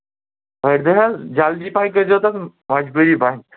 ٲٹھِ دۄہہِ حظ جلدی پہن کٔرۍزیو تَتھٕ مجبوٗری